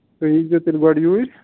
تُہۍ ییٖزیٚو تیلہِ گۅڈٕ یوٗرۍ